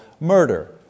Murder